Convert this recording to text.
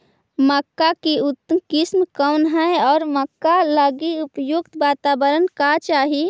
मक्का की उतम किस्म कौन है और मक्का लागि उपयुक्त बाताबरण का चाही?